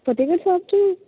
ਫਤਿਹਗੜ੍ਹ ਸਾਹਿਬ 'ਚ